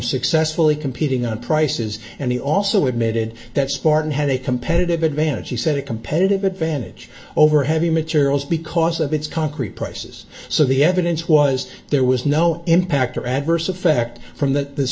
successfully competing on prices and he also admitted that spartan had a competitive advantage he said a competitive advantage over heavy materials because of its concrete prices so the evidence was there was no impact or adverse effect from that this